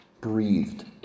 breathed